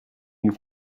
une